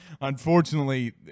Unfortunately